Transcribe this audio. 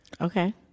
Okay